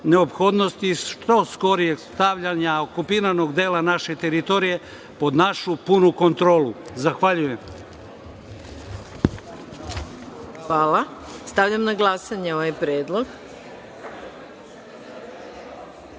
neophodnosti što skorijeg stavljanja okupiranog dela naše teritorije pod našu punu kontrolu. Zahvaljujem. **Maja Gojković** Hvala. Stavljam na glasanje ovaj